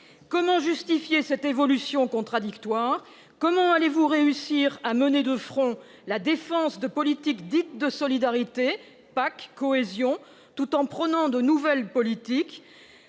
Comment justifier cette évolution contradictoire ? Comment allez-vous réussir à mener de front la défense de politiques dites de solidarité- PAC, cohésion -, la mise en oeuvre de nouvelles politiques-